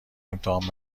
امتحان